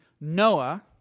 Noah